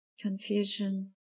confusion